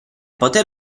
poter